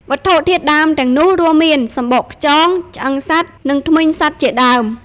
វត្ថុធាតុដើមទាំងនោះរួមមាន សំបកខ្យង ឆ្អឹងសត្វ និងធ្មេញសត្វជាដើម។